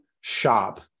shop